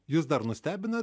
jus dar nustebina